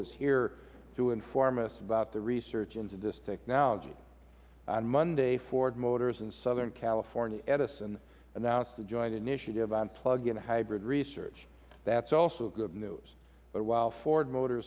is here to inform us about the research into this technology on monday ford motors and southern california edison announced the joint initiative on plug in hybrid research that is also good news but while ford motor